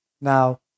Now